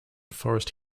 forest